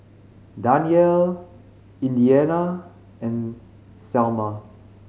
Danyell Indiana and Salma